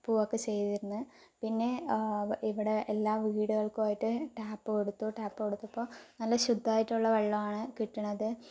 പോവുകയൊക്കെ ചെയ്തിരുന്നത് പിന്നേ ഇവിടേ എല്ലാ വീടുകൾക്കുവായിട്ട് ടാപ്പ് കൊടുത്തു ടാപ്പ് കൊടുത്തപ്പോൾ നല്ല ശുദ്ധമായിട്ടുള്ള വെള്ളമാണ് കിട്ടണത്